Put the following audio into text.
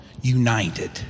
united